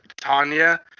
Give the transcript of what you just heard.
tanya